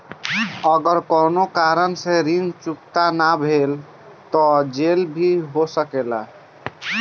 अगर कौनो कारण से ऋण चुकता न भेल तो का जेल भी हो सकेला?